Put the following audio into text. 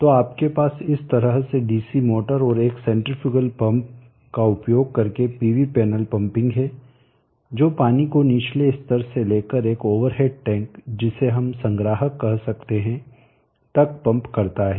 तो आपके पास इस तरह से डीसी मोटर और एक सेन्ट्रीफ्यूगल पंप का उपयोग करके पीवी पेनल पम्पिंग है जो पानी को निचले स्तर से लेकर एक ओवर हेड टैंक जिसे हम संग्राहक कह सकते हैं तक पंप करता है